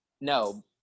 No